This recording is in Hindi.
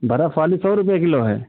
बर्फ़ वाली सौ रुपये किलो है